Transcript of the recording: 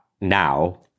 now